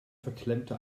verklemmte